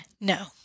No